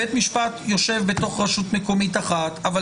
בית משפט יושב בתוך רשות מקומית אחת אבל